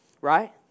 Right